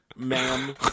Ma'am